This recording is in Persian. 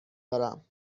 دارم